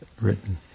written